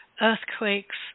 earthquakes